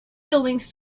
buildings